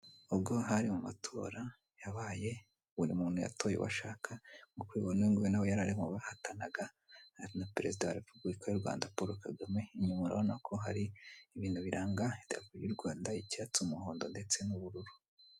Ubwo hari mu matora yabaye buri muntu yatoye uwo ashaka , nkuko ubibona uyu nguyu nawe yarari mu bahatanaga na perezida wa repubulika y'u Rwanda paul Kagame. Inyuma urabona ko hari ibintu biranga idarapo ry'u Rwanda : icyatsi, umuhondo ndetse n'ubururu.